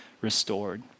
restored